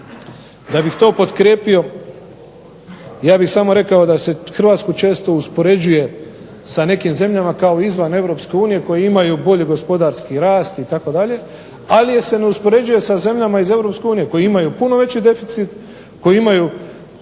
Da bih to potkrijepio ja bih samo rekao da se Hrvatsku često uspoređuje sa nekim zemljama kao izvan EU koje imaju bolji gospodarski rast itd. ali je se ne uspoređuje sa zemljama EU koji imaju puno veći deficit, koji imaju